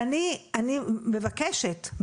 מאוד מכבדים אותך.